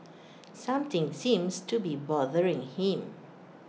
something seems to be bothering him